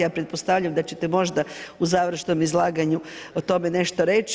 Ja pretpostavljam da ćete možda u završnom izlaganju o tome nešto reći.